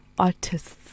artists